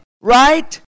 Right